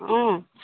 অঁ